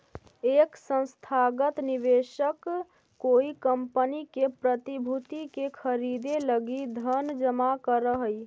एक संस्थागत निवेशक कोई कंपनी के प्रतिभूति के खरीदे लगी धन जमा करऽ हई